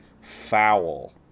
foul